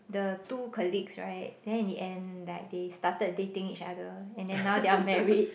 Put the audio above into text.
the two colleagues right then in the end like they started dating each other and then now they are married